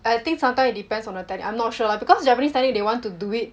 I think sometimes depends on your technique I'm not sure lah because japanese tell you they want to do it